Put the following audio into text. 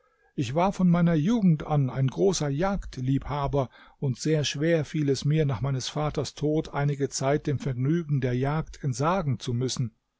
ich war von meiner jugend an ein großer jagdliebhaber und sehr schwer fiel es mir nach meines vaters tod einige zeit dem vergnügen der jagd entsagen müssen